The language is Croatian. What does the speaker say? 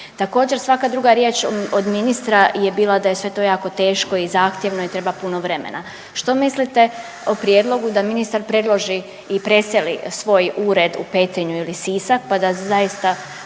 Također, svaka druga riječ od ministra je bila da je sve to jako teško i zahtjevno i treba puno vremena. Što mislite o prijedlogu da ministar predloži i preseli svoj ured u Petrinju ili Sisak pa da zaista